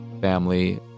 family